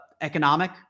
economic